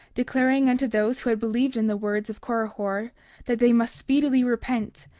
declaring unto those who had believed in the words of korihor that they must speedily repent,